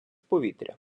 повітря